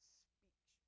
speech